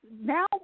Now